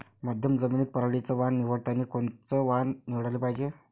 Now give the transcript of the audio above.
मध्यम जमीनीत पराटीचं वान निवडतानी कोनचं वान निवडाले पायजे?